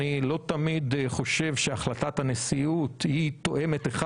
אני לא תמיד חושב שהחלטת הנשיאות תואמת אחד